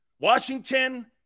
Washington